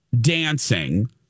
dancing